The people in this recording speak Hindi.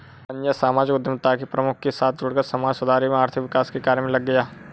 संजय सामाजिक उद्यमिता के प्रमुख के साथ जुड़कर समाज सुधार एवं आर्थिक विकास के कार्य मे लग गया